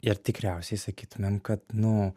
ir tikriausiai sakytumėm kad nu